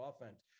offense